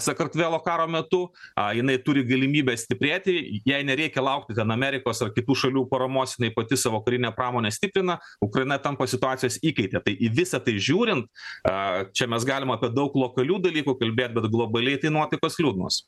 sakarkvelo karo metu a jinai turi galimybę stiprėti jai nereikia laukti ten amerikos ar kitų šalių paramos jinai pati savo karinę pramonę stiprina ukraina tampa situacijos įkaite tai į visa tai žiūrint a čia mes galim apie kad daug lokalių dalykų kalbėt bet globaliai tai nuotaikos liūdnos